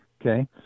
okay